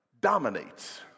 dominates